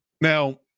Now